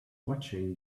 watching